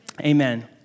amen